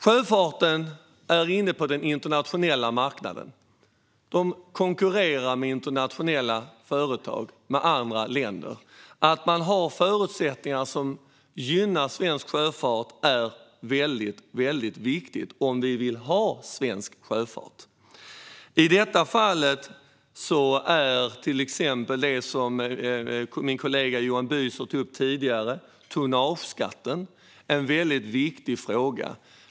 Sjöfarten är inne på den internationella marknaden och konkurrerar med internationella företag och andra länder. Villkor som gynnar svensk sjöfart är väldigt viktigt om vi vill ha svensk sjöfart. I detta sammanhang är till exempel det som min kollega Johan Büser tog upp tidigare, tonnageskatten, en väldigt viktig fråga.